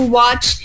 watch